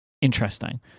interesting